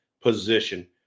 position